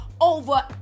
over